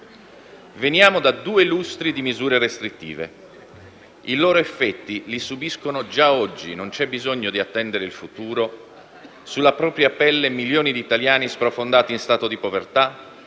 Veniamo da due lustri di misure restrittive. I loro effetti li subiscono già oggi - non c'è bisogno di attendere il futuro - sulla propria pelle milioni di italiani sprofondati in stato di povertà;